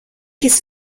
his